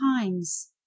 times